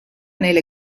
neile